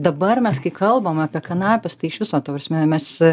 dabar mes kai kalbam apie kanapes tai iš viso ta prasme mes